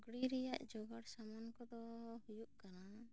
ᱞᱩᱜᱽᱲᱤᱜ ᱨᱮᱭᱟᱜ ᱡᱚᱜᱟᱲ ᱥᱟᱢᱟᱱ ᱠᱚᱫᱚ ᱦᱩᱭᱩᱜ ᱠᱟᱱᱟ